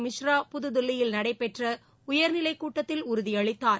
மிஸ்ரா புதுதில்லியில் நடைபெற்ற உயர்நிலைக் கூட்டத்தில் உறுதியளித்தார்